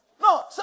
No